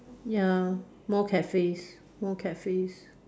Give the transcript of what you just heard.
ya more cafes more cafes